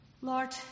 Lord